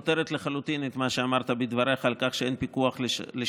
סותר לחלוטין את מה שאמרת בדבריך על כך שאין פיקוח לשב"כ: